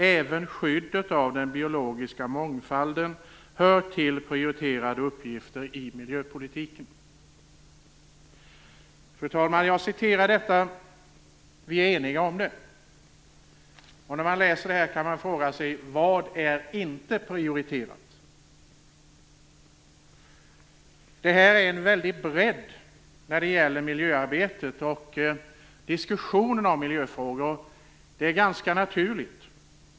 Även skyddet av den biologiska mångfalden hör till de prioriterade uppgifterna inom miljöpolitiken." Fru talman! Jag citerar detta eftersom vi är eniga om det. När man läser detta kan man fråga sig vad som inte är prioriterat. Här finns en stor bredd i miljöarbetet och diskussionen om miljöfrågor, och det är ganska naturligt.